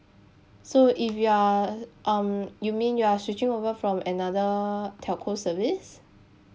so if you are um you mean you are switching over from another telco service